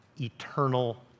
eternal